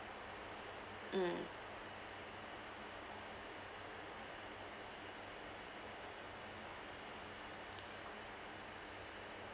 mm